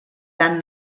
tant